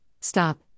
stop